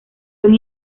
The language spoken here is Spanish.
son